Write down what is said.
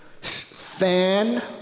fan